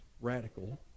radical